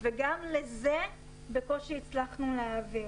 וגם אז בקושי הצלחנו להעביר.